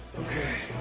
okay,